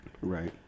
Right